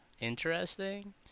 interesting